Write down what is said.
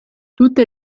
tutte